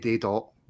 dot